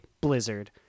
Blizzard